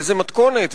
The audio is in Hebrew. באיזו מתכונת,